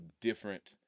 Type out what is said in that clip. different